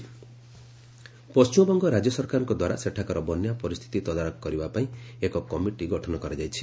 WB food Paschimbanga ରାଜ୍ୟ ସରକାରଙ୍କ ଦ୍ୱାରା ସେଠାକାର ବନ୍ୟା ପରିସ୍ଥିତି ତଦାରଖ କରିବା ପାଇଁ ଏକ କମିଟି ଗଠନ କରାଯାଇଛି